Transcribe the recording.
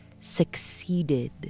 succeeded